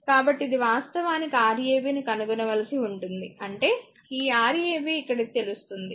కాబట్టి ఇది వాస్తవానికి Rab ను కనుగొనవలసి ఉంటుంది అంటే ఈ Rab ఇక్కడ ఇది తెలుస్తుంది